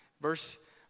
Verse